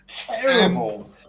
Terrible